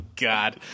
God